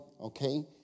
okay